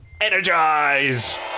Energize